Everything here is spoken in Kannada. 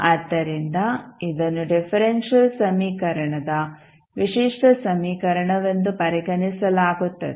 ಆದ್ದರಿಂದ ಇದನ್ನು ಡಿಫರೆಂಶಿಯಲ್ ಸಮೀಕರಣದ ವಿಶಿಷ್ಟ ಸಮೀಕರಣವೆಂದು ಪರಿಗಣಿಸಲಾಗುತ್ತದೆ